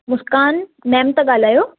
Muskan ma'am था ॻाल्हायो